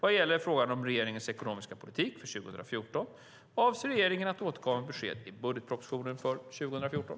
Vad gäller frågan om regeringens ekonomiska politik för 2014 avser regeringen att återkomma med besked i budgetpropositionen för 2014.